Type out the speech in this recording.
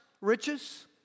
riches